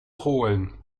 holen